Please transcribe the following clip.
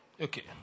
Okay